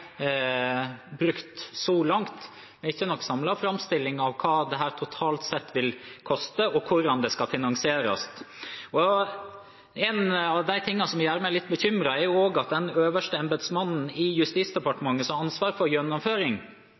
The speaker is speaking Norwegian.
brukt så langt, men ikke noen samlet framstilling av hva dette totalt sett vil koste, og hvordan det skal finansieres. En av de tingene som gjør meg litt bekymret, er også at den øverste embetsmannen i Justis- og beredskapsdepartementet, som har ansvar for